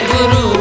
Guru